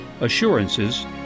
assurances